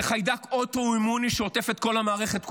זה חיידק אוטואימוני שעוטף את כל המערכת כולה,